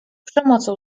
przemocą